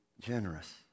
generous